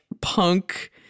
punk